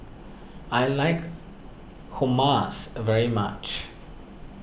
I like Hummus very much